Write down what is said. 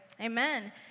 Amen